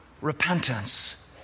repentance